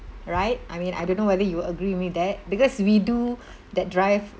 right I mean I don't know whether you agree with me that because we do that drive